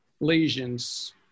lesions